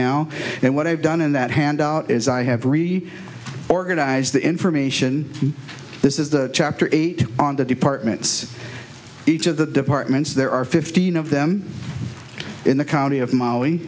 now and what i've done in that handout is i have three organize the information this is the chapter eight on the departments each of the departments there are fifteen of them in the county of molly